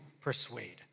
persuade